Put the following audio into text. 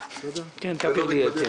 --- אין פה מס הכנסה שלילי.